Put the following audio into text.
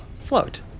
float